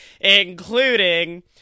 Including